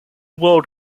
world